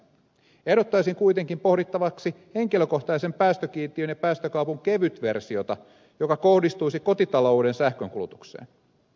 ehdottaisin kuitenkin pohdittavaksi henkilökohtaisen päästökiintiön ja päästökaupan kevytversiota joka kohdistuisi kotitalouden sähkönkulutukseen